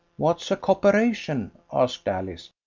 what's a copperation? asked alice.